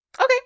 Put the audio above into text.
Okay